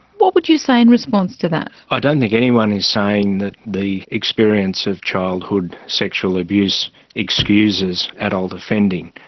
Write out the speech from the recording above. what would you say in response to that? i don't think anyone is saying that the experience of childhood sexual abuse excuses adult offending.